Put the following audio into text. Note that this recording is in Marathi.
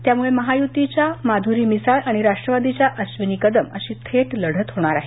त्यामुळे महायुतीच्या माधुरी मिसाळ आणि राष्ट्रवादीच्या अश्विनी कदम अशी थेट लढत होणार आहे